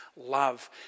love